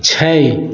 छै